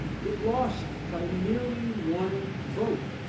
it lost by merely one vote.